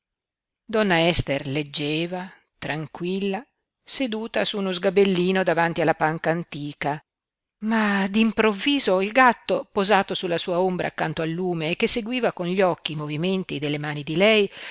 donna ester leggeva tranquilla seduta su uno sgabellino davanti alla panca antica ma d'improvviso il gatto posato sulla sua ombra accanto al lume e che seguiva con gli occhi i movimenti delle mani di lei